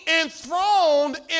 enthroned